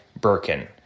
Birkin